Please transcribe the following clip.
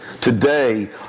today